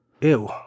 Ew